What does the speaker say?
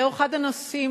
זה אחד הנושאים,